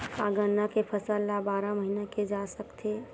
का गन्ना के फसल ल बारह महीन करे जा सकथे?